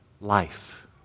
life